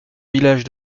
village